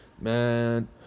man